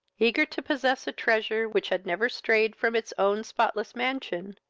eager to possess a treasure which had never strayed from its own spotless mansion,